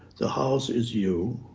the house is you.